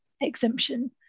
exemption